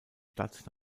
stadt